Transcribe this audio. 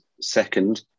second